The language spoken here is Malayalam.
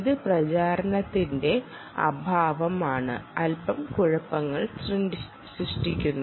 ഇത് പ്രചാരണത്തിന്റെ അഭാവമാണ് അല്പം കുഴപ്പങ്ങൾ സൃഷ്ടിക്കുന്നത്